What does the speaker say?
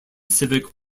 civic